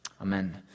Amen